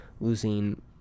losing